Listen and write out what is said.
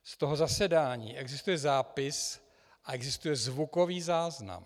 Z toho zasedání existuje zápis a existuje zvukový záznam.